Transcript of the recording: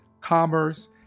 commerce